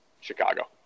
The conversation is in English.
Chicago